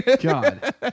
god